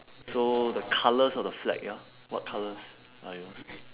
so the colours of the flag ya what colours are yours